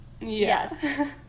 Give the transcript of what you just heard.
Yes